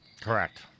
Correct